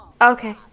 Okay